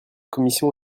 commission